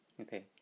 Okay